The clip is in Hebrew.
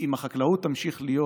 אם החקלאות תמשיך להיות